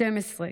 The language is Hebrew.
בת 12,